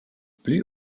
plü